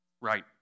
Right